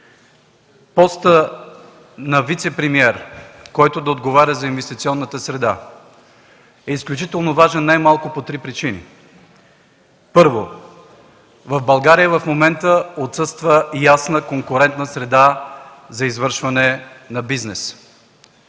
Постът на вицепремиер, който да отговаря за инвестиционната среда, е изключително важен най-малко по три причини. Първо, в България в момента отсъства ясна конкурентна среда за извършване на бизнес.